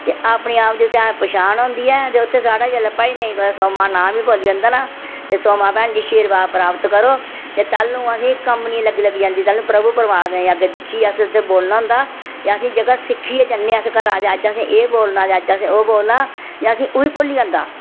ते अपने आप दी ध्यान पशान हुंदी ऐ ते उत्थै साढ़ा जेल्लै भजनें गी कुतै सोम्मा नां बी बोल्ली जंदा ना ते सोेम्मा भैन जी शीरवाद प्राप्त करो ते तैल्लूं असेंगी कम्बनी लग्गी लग्गी जंदी तदूं प्रभु परमात्मा गी अग्गै दिक्खियै अस बोलना हुंदा ते असें जेहका सिक्खियै जन्ने अस घरा जे अज्ज असें एह् बोलना जां अज्ज असें ओह् बोलना ते असेंगी ओह् बी भुल्ली जंदा